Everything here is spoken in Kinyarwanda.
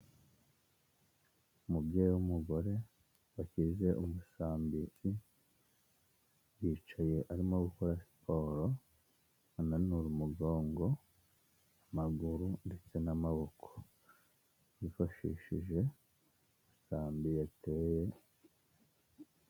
Umubyeyi umugore washyize umusambi hasi, yicaye arimo gukora siporo ananura umugongo, amaguru, ndetse n'amaboko, yifashishije umusambi yateye.